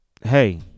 Hey